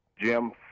Jim